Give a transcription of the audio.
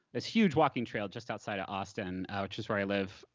this huge walking trail just outside of austin, which is where i live.